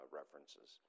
references